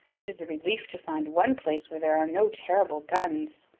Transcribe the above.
it is a relief to find one place where there are no terrible guns.